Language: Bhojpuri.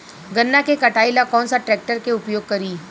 गन्ना के कटाई ला कौन सा ट्रैकटर के उपयोग करी?